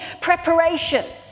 preparations